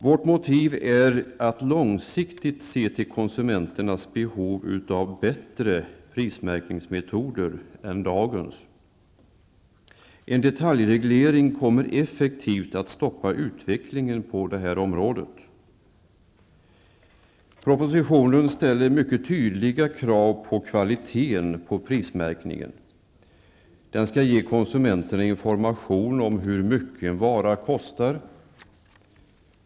Vårt motiv är att långsiktigt se till konsumenternas behov av bättre prismärkningsmetoder än dagens. En detaljreglering kommer effektivt att stoppa utvecklingen på detta område. I propositionen ställs mycket tydliga krav på kvaliteten på prismärkningen: För det första skall den ge konsumenterna information om hur mycket en vara kostar.